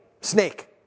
Snake